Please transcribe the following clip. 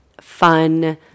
fun